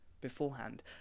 beforehand